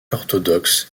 orthodoxe